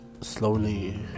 slowly